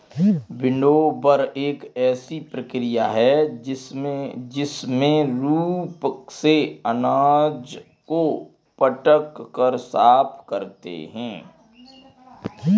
winnower एक ऐसी प्रक्रिया है जिसमें रूप से अनाज को पटक कर साफ करते हैं